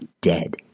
dead